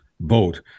vote